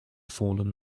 fallen